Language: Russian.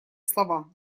слова